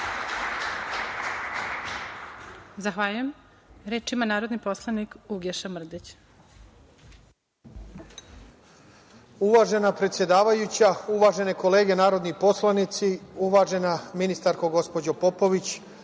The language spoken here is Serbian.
Zahvaljujem. Reč ima narodni poslanik Uglješa Mrdić. **Uglješa Mrdić** Uvažena predsedavajuća, uvažene kolege narodni poslanici, uvažena ministarko gospođo Popović